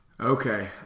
okay